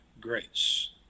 grace